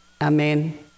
Amen